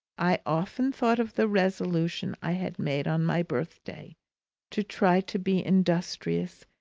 i often thought of the resolution i had made on my birthday to try to be industrious,